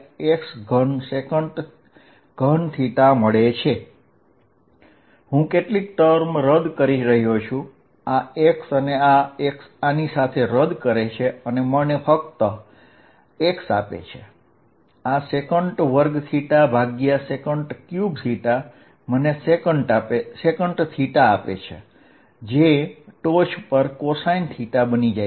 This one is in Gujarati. અને હું કેટલીક ટર્મ કેન્સલ કરી રહ્યો છું આ x અને આ x આની સાથે કેન્સલ થાય છે અને મને ખાલી x જ મળે છે આ sec2sec31sec થાય છે જે ઉપર જતા cos બને છે